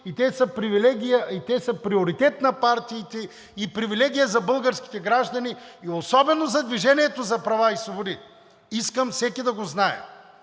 и те са приоритет на партиите и привилегия за българските граждани, и особено за „Движение за права и свободи“. Искам всеки да го знае.